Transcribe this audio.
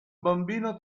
bambino